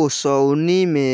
ओसौनी मे